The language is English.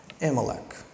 Amalek